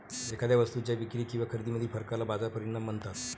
एखाद्या वस्तूच्या विक्री किंवा खरेदीमधील फरकाला बाजार परिणाम म्हणतात